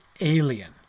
alien